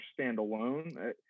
standalone